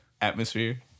Atmosphere